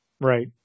Right